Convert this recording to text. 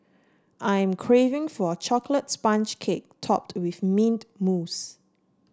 I'm craving for a chocolate sponge cake topped with mint mousse